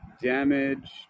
damaged